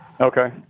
Okay